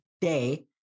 day